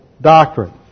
doctrine